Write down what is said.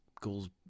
Goals